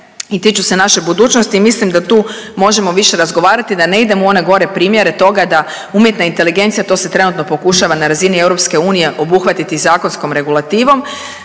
i tiču se naše budućnosti i mislim da tu možemo više razgovarati da ne idemo u one gore primjere toga da umjetna inteligencija to se trenutno pokušava na razini EU obuhvatiti zakonskom regulativom